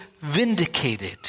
vindicated